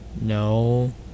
No